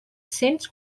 cents